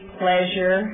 pleasure